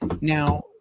Now